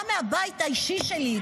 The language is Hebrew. גם מהבית האישי שלי,